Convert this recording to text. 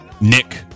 Nick